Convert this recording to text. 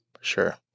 sure